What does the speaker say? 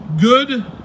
good